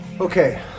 Okay